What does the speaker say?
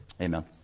Amen